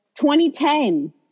2010